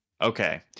Okay